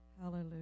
Hallelujah